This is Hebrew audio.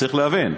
צריך להבין,